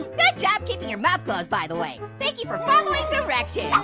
but job keeping your mouth closed, by the way. thank you for following directions.